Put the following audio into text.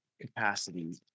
capacity